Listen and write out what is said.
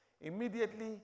immediately